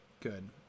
Good